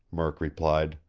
murk replied.